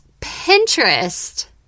Pinterest